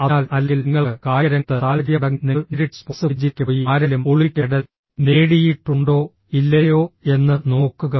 അതിനാൽ അല്ലെങ്കിൽ നിങ്ങൾക്ക് കായികരംഗത്ത് താൽപ്പര്യമുണ്ടെങ്കിൽ നിങ്ങൾ നേരിട്ട് സ്പോർട്സ് പേജിലേക്ക് പോയി ആരെങ്കിലും ഒളിമ്പിക് മെഡൽ നേടിയിട്ടുണ്ടോ ഇല്ലയോ എന്ന് നോക്കുക